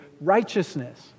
righteousness